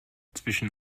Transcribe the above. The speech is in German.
zwischen